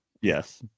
Yes